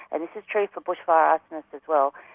and this is true for bushfire arsonists as well,